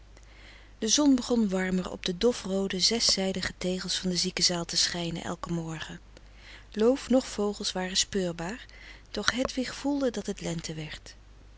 de zon begon warmer op de dofroode zeszijdige tegels van de ziekezaal te schijnen elken morgen loof noch vogels waren speurbaar doch hedwig voelde dat het lente werd